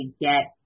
get